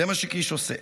זה מה שקיש עושה.